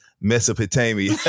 Mesopotamia